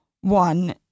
One